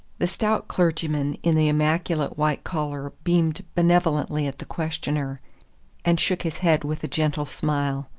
the stout clergyman in the immaculate white collar beamed benevolently at the questioner and shook his head with a gentle smile.